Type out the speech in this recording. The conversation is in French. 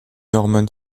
hormone